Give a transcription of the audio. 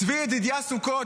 צבי ידידיה סוכות,